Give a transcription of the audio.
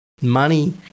money